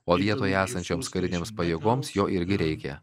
o vietoje esančioms karinėms pajėgoms jo irgi reikia